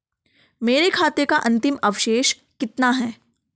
मेरे खाते का अंतिम अवशेष कितना है?